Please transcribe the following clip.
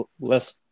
less